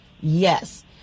Yes